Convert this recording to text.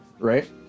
right